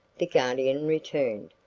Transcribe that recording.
the guardian returned.